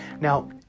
Now